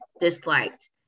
disliked